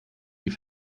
die